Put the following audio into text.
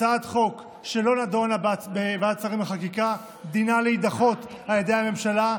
הצעת חוק שלא נדונה בוועדת שרים לחקיקה דינה להידחות על ידי הממשלה.